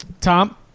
Tom